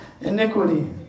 iniquity